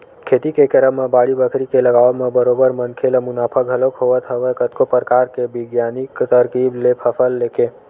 खेती के करब म बाड़ी बखरी के लगावब म बरोबर मनखे ल मुनाफा घलोक होवत हवय कतको परकार के बिग्यानिक तरकीब ले फसल लेके